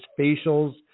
facials